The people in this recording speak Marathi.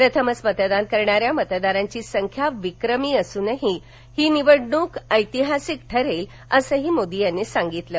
प्रथमच मतदान करणाऱ्या मतदारांची संख्या विक्रमी असून ही निवडणूक ऐतिहासिक ठरेल असंही मोदी यांनी म्हटलं आहे